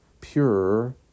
pure